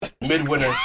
Midwinter